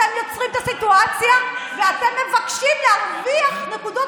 אתם יוצרים את הסיטואציה ואתם מבקשים להרוויח נקודות